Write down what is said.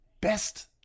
best